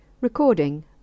Recording